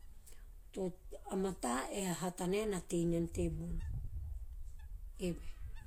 To, mata ge hata nae na tei nana. Eve.